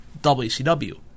WCW